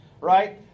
right